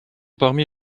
parmi